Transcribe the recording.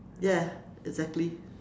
ya exactly